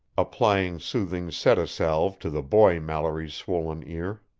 applying soothing sedasalve to the boy mallory's swollen ear.